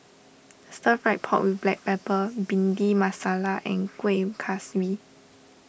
Stir Fried Pork with Black Pepper Bhindi Masala and Kueh Kaswi